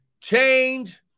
change